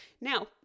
Now